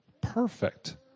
Perfect